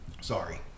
Sorry